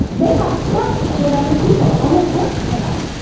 they have sex with other people and it works for them.